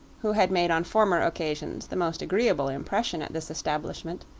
who had made on former occasions the most agreeable impression at this establishment,